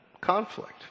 conflict